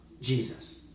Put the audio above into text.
Jesus